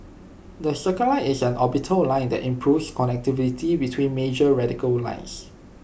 the circle line is an orbital line that improves connectivity between major radial lines